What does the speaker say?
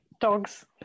dogs